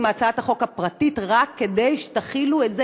הצעת החוק הפרטית רק כדי שתחילו את זה,